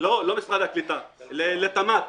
התמ"ת